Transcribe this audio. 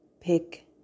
pick